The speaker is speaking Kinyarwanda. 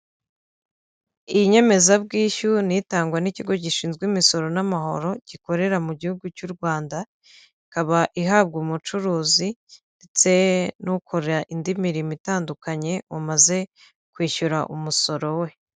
Iyi nyemezabwishyu ni itangwa n'ikigo gishinzwe imisoro n'amahoro gikorera mu gihugu cy'u Rwanda, ikaba ihabwa umucuruzi ndetse n'ukora indi mirimo itandukanye, umaze kwishyura umusoro we.